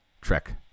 Trek